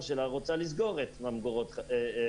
שלה בעצם רוצה לסגור את ממגורות דגון.